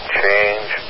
change